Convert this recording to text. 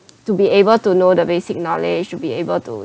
to be able to know the basic knowledge to be able to